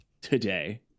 today